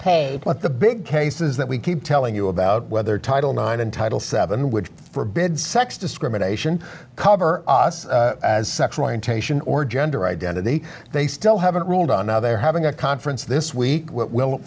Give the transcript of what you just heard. paid the big cases that we keep telling you about whether title nine and title seven would forbid sex discrimination cover us as sexual orientation or gender identity they still haven't ruled on how they're having a conference this week w